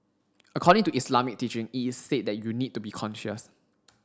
according to Islamic teaching it is said that you need to be conscious